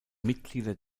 mitglieder